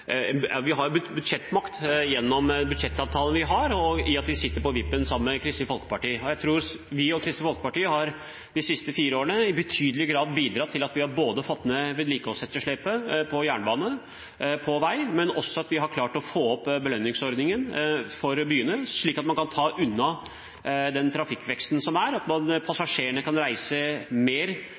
vippen sammen med Kristelig Folkeparti. Jeg tror at vi og Kristelig Folkeparti de siste fire årene i betydelig grad har bidratt til at vi både har fått ned vedlikeholdsetterslepet på jernbane og på vei, og at vi har klart å få opp belønningsordningen for byene, slik at man kan ta unna trafikkveksten og passasjerene kan reise mer